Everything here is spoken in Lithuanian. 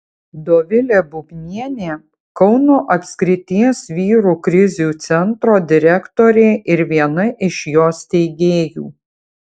dovilė bubnienė kauno apskrities vyrų krizių centro direktorė ir viena iš jo steigėjų